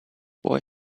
boy